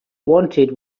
wanted